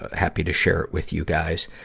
ah happy to share it with you guys.